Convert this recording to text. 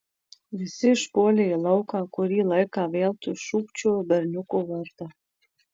visi išpuolė į lauką kurį laiką veltui šūkčiojo berniuko vardą